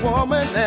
woman